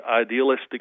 idealistic